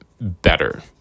better